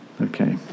Okay